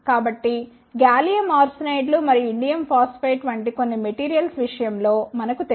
కాబట్టి GaA లు మరియు InP వంటి కొన్ని మెటీరియల్స్ విషయం లో మనకు తెలుసు